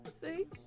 See